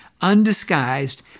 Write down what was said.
undisguised